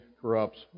corrupts